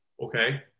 Okay